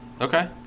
Okay